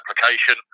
application